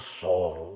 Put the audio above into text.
soul